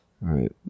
Right